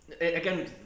Again